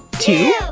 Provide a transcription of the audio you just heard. two